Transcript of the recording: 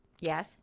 Yes